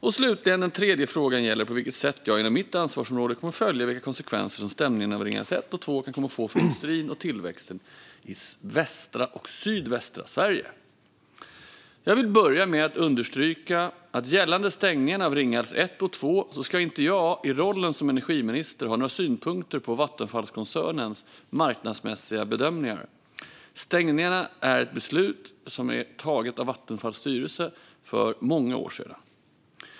Slutligen gäller den tredje frågan på vilket sätt jag inom mitt ansvarsområde kommer att följa vilka konsekvenser som stängningarna av Ringhals 1 och 2 kan komma att få för industrin och tillväxten i västra och sydvästra Sverige. Jag vill börja med att understryka att gällande stängningarna av Ringhals 1 och 2 ska inte jag i rollen som energiminister ha några synpunkter på Vattenfallkoncernens marknadsmässiga bedömningar. Stängningarna är ett beslut som är taget av Vattenfalls styrelse för många år sedan.